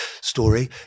story